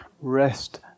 rest